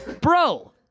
Bro